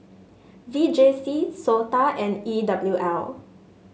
V J C SOTA and E W L